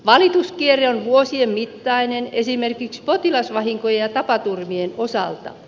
valituskierre on vuosien mittainen esimerkiksi potilasvahinkojen ja tapaturmien osalta